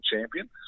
champion